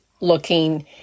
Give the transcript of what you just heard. looking